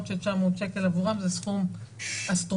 ש-900 שקל עבורם זה סכום אסטרונומי.